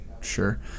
sure